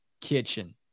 kitchen